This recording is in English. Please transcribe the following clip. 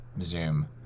Zoom